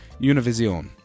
Univision